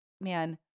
man